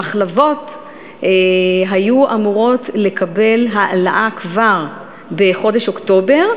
המחלבות היו אמורות לקבל העלאה כבר בחודש אוקטובר,